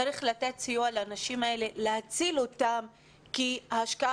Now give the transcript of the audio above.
צריך לתת סיוע לאנשים האלה ולהציל אותם כי השקעה